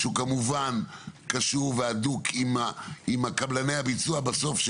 שהוא כמובן קשור והדוק עם קבלני הביצוע בסוף,